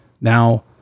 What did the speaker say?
Now